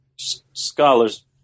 scholars